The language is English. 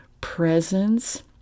presence